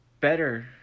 better